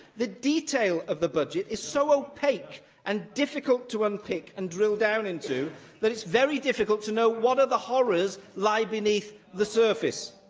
the detail of the budget is so opaque and difficult to unpick and drill down into that it's very difficult to know what ah other horrors lie beneath the surface.